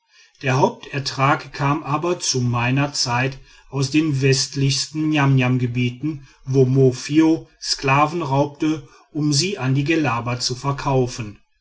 der hauptertrag kam aber zu meiner zeit aus den westlichsten niamniamgebieten wo mofio sklaven raubte um sie an die gellaba zu verkaufen